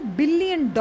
billion